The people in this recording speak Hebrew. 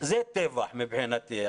זה טבח מבחינתי.